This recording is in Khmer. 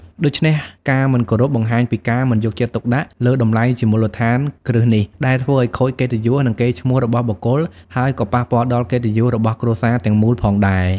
ដូច្នេះ ការមិនគោរពបង្ហាញពីការមិនយកចិត្តទុកដាក់លើតម្លៃជាមូលដ្ឋានគ្រឹះនេះ ដែលធ្វើឲ្យខូចកិត្តិយស និងកេរ្តិ៍ឈ្មោះរបស់បុគ្គល ហើយក៏ប៉ះពាល់ដល់កិត្តិយសរបស់គ្រួសារទាំងមូលផងដែរ។